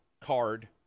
card